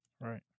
Right